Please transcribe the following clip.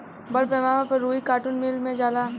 बड़ पैमाना पर रुई कार्टुन मिल मे जाला